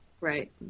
right